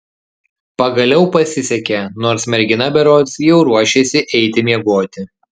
pagaliau pasisekė nors mergina berods jau ruošėsi eiti miegoti